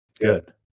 Good